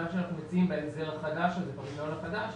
אנחנו מציעים בהסדר החדש, ברישיון החדש,